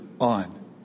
on